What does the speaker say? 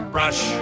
Brush